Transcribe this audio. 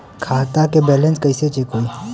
खता के बैलेंस कइसे चेक होई?